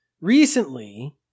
Recently